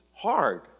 hard